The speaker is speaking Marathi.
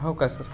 हो का सर